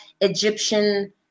Egyptian